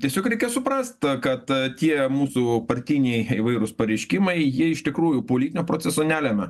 tiesiog reikia suprast kad tie mūsų partiniai įvairūs pareiškimai jie iš tikrųjų politinio proceso nelemia